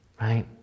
Right